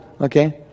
Okay